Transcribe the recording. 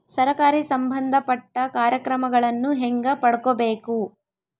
ಸರಕಾರಿ ಸಂಬಂಧಪಟ್ಟ ಕಾರ್ಯಕ್ರಮಗಳನ್ನು ಹೆಂಗ ಪಡ್ಕೊಬೇಕು?